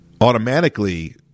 automatically